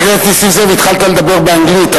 חבר הכנסת נסים זאב, התחלת לדבר באנגלית.